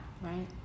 Right